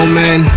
man